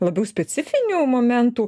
labiau specifinių momentų